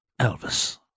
Elvis